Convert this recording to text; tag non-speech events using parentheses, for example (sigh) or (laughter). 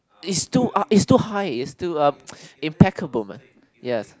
is too uh is too high is too uh (noise) impeccable man yes